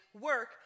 work